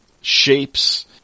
shapes